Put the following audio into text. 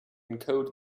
encode